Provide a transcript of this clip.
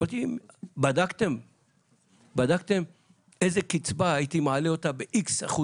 אמרתי, בדקתם איזה קצבה, הייתי מעלה אותה ב-X%